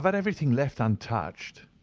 but everything left untouched.